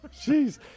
jeez